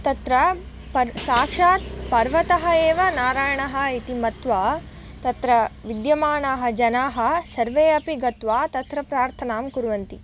तत्र प साक्षात् पर्वतः एव नारायणः इति मत्वा तत्र विद्यमानाः जनाः सर्वे अपि गत्वा तत्र प्रार्थनां कुर्वन्ति